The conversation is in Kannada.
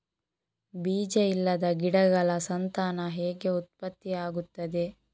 ಬೀಜ ಇಲ್ಲದ ಗಿಡಗಳ ಸಂತಾನ ಹೇಗೆ ಉತ್ಪತ್ತಿ ಆಗುತ್ತದೆ?